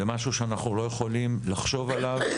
זה משהו שאנחנו לא יכולים לחשוב עליו,